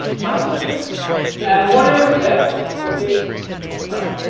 like percent and whatever is left will take like